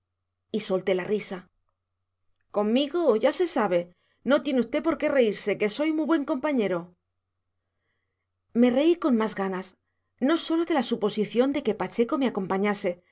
y solté la risa conmigo ya se sabe no tiene usted por qué reírse que soy mu buen compañero me reí con más ganas no sólo de la suposición de que pacheco me acompañase